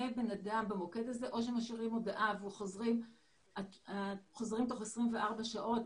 במוקד הזה עונה אדם או שמשאירים הודעה וחוזרים תוך 24 שעות.